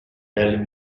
del